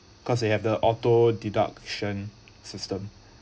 cause they have the auto deduction system